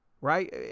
Right